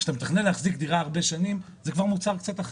כשאתה מתכנן להחזיק דירה הרבה שנים זה כבר מוצר קצת אחר,